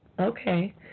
Okay